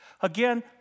Again